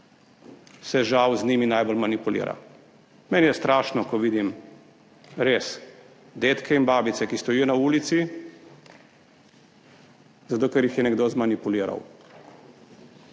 se žal z njimi najbolj manipulira. Meni je strašno, ko vidim, res, dedke in babice, ki stojijo na ulici zato, ker jih je nekdo zmanipuliral.